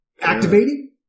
activating